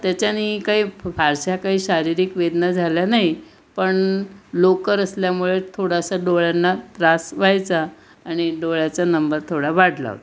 त्याच्याने काही फारशा काही शारीरिक वेदना झाल्या नाही पण लोकर असल्यामुळे थोडासा डोळ्यांना त्रास व्हायचा आणि डोळ्याचा नंबर थोडा वाढला होता